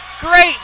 Great